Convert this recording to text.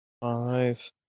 Five